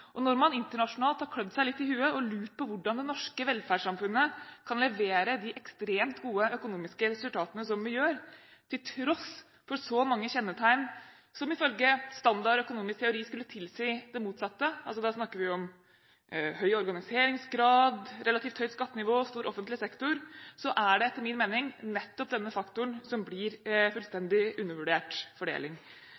deltakelse. Når man internasjonalt har klødd seg litt i hodet og lurt på hvordan det norske velferdssamfunnet kan levere de ekstremt gode resultatene som vi gjør, til tross for så mange kjennetegn som ifølge standard økonomisk teori skulle tilsi det motsatte – da snakker vi om høy organiseringsgrad, relativt høyt skattenivå og stor offentlig sektor – er det etter min mening nettopp denne fordelingsfaktoren som blir